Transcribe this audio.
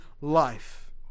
life